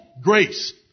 grace